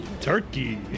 turkey